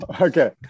okay